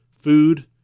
food